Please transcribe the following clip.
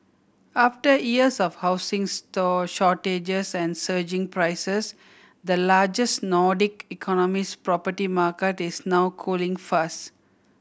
after years of housing store shortages and surging prices the largest Nordic economy's property market is now cooling fast